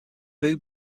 boo